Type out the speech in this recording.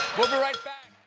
we'll be right back